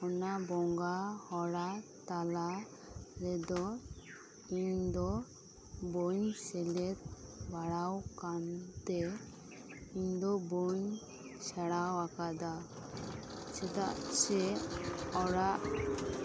ᱚᱱᱟ ᱵᱚᱸᱜᱟ ᱚᱲᱟᱜ ᱛᱟᱞᱟ ᱨᱮᱫᱚ ᱤᱧ ᱫᱚ ᱵᱟᱹᱧ ᱥᱮᱞᱮᱫ ᱵᱟᱲᱟ ᱟᱠᱟᱱᱛᱮ ᱤᱧ ᱫᱚ ᱵᱟᱹᱧ ᱥᱮᱬᱟ ᱟᱠᱟᱫᱟ ᱪᱮᱫᱟᱜ ᱥᱮ ᱚᱲᱟᱜ